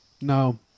No